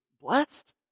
blessed